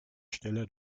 stelle